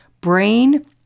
brain